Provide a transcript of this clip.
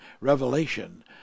revelation